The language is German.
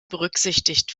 berücksichtigt